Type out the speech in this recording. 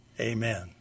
amen